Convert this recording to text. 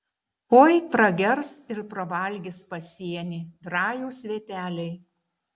oi pragers ir pravalgys pasienį rajūs sveteliai